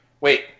Wait